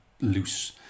loose